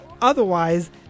Otherwise